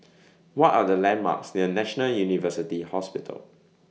What Are The landmarks near National University Hospital